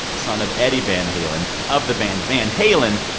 son of eddie van halen of the band van halen,